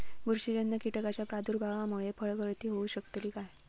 बुरशीजन्य कीटकाच्या प्रादुर्भावामूळे फळगळती होऊ शकतली काय?